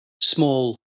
Small